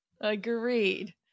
Agreed